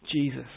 Jesus